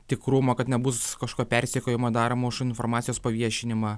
tikrumo kad nebus kažko persekiojimo daromo už informacijos paviešinimą